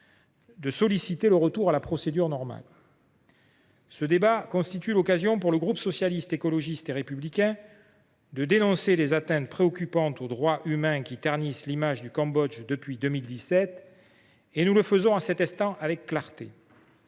de ce texte, le retour à la procédure normale. Ce débat constitue l’occasion pour le groupe Socialiste, Écologiste et Républicain de dénoncer les atteintes préoccupantes aux droits humains, qui ternissent l’image du Cambodge depuis 2017 – ce qu’il fait à cet instant avec clarté.